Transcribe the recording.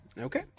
Okay